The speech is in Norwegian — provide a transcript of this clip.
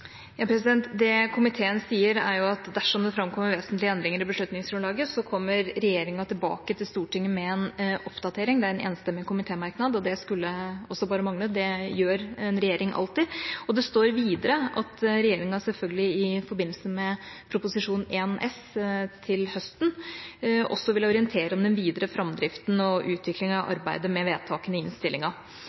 Det komiteen sier, er at dersom det framkommer vesentlige endringer i beslutningsgrunnlaget, kommer regjeringa tilbake til Stortinget med en oppdatering. Det er en enstemmig komitémerknad, og det skulle også bare mangle. Det gjør en regjering alltid. Det står videre at regjeringa selvfølgelig i forbindelse med Prop. 1 S til høsten vil orientere om den videre framdriften og utviklingen av arbeidet med vedtakene i innstillinga.